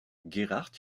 gerhard